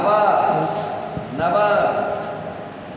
नव नव